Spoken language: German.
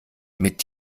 mit